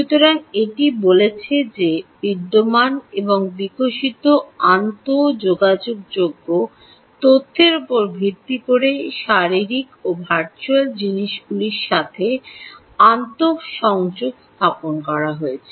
সুতরাং এটি বলেছে যে বিদ্যমান এবং বিকশিত আন্তঃযোগযোগ্য তথ্যের উপর ভিত্তি করে শারীরিক ও ভার্চুয়াল জিনিসগুলির সাথে আন্তঃসংযোগ স্থাপন করা হয়েছে